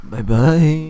Bye-bye